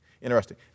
Interesting